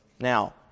Now